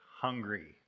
hungry